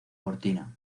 cortina